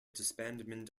disbandment